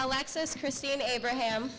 i access christine abraham